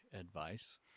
advice